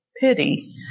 pity